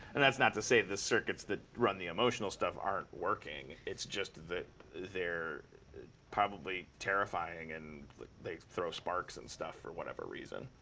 and that's not to say the circuits that run the emotional stuff aren't working. it's just that they're probably terrifying. and they throw sparks, and stuff, for whatever reason.